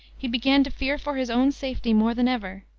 he began to fear for his own safety more than ever.